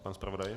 Pan zpravodaj?